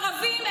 ערבים,